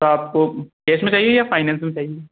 तो आपको कैस में चाहिए या फ़ाइनैंस में चाहिए